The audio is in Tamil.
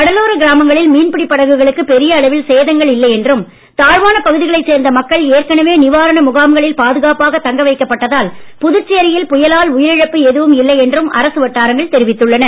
கடலோர கிராமங்களில் மீன்பிடி படகுகளுக்கு பெரிய அளவில் சேதங்கள் இல்லை என்றும் தாழ்வான பகுதிகளைச் சேர்ந்த மக்கள் ஏற்கனவே நிவாரண முகாம்களில் பாதுகாப்பாக தங்க வைக்கப்பட்டதால் புதுச்சேரியில் புயலால் உயிரிழப்பு எதுவும் இல்லை என்றும் அரசு வட்டாரங்கள் தெரிவித்துள்ளன